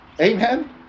Amen